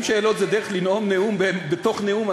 אם שאלות הן דרך לנאום נאום בתוך נאום,